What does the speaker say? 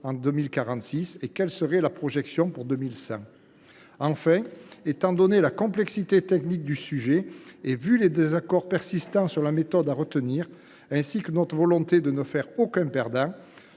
en 2046 ? Et quelle serait la projection pour 2100 ? Enfin, étant donné la complexité technique du sujet et vu les désaccords persistants sur la méthode à retenir ainsi que notre volonté de ne faire aucun perdant,